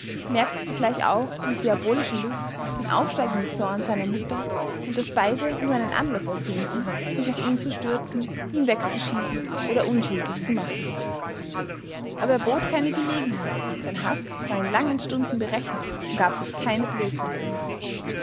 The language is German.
merkte zugleich auch mit diabolischer lust den aufsteigenden zorn seiner mutter und daß beide nur einen anlaß ersehnten sich auf ihn zu stürzen ihn wegzuschieben oder unschädlich zu machen aber er bot keine gelegenheit sein haß war in langen stunden berechnet und gab sich keine blößen